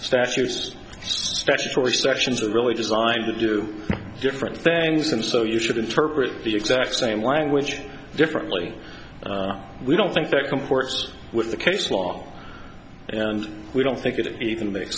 statutes statutory sections are really designed to do different things and so you should interpret the exact same language differently we don't think that comports with the case law and we don't think it even makes